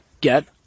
get